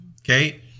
Okay